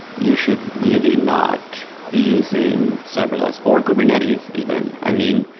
you should really not be using serverless or kubernetes even. i mean,